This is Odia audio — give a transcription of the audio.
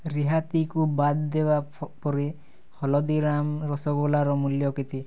ରିହାତିକୁ ବାଦ୍ ଦେବା ପରେ ହଳଦୀରାମ୍ ରସଗୋଲାର ମୂଲ୍ୟ କେତେ